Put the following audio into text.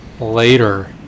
later